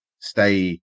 Stay